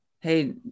hey